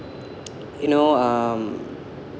you know um